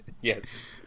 yes